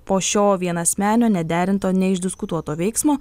po šio vienasmenio nederinto neišdiskutuoto veiksmo